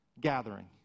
gathering